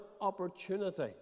opportunity